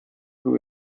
who